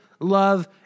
love